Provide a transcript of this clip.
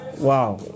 Wow